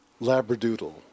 Labradoodle